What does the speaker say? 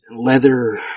leather